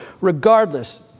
regardless